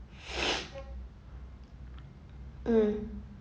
mm